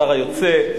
השר היוצא,